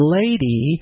lady